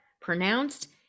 pronounced